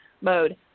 mode